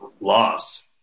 loss